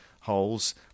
holes